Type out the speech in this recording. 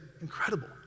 incredible